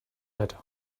better